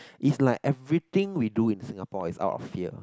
is like everything we do in Singapore is out of fear